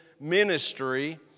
ministry